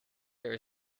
there